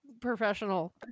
professional